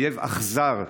אויב אכזר,